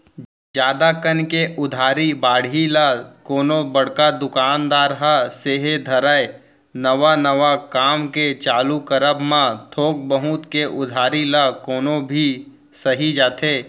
जादा कन के उधारी बाड़ही ल कोनो बड़का दुकानदार ह सेहे धरय नवा नवा काम के चालू करब म थोक बहुत के उधारी ल कोनो भी सहि जाथे